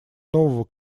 нового